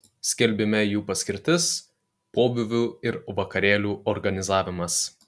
skelbime jų paskirtis pobūvių ir vakarėlių organizavimas